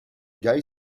guy